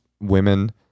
women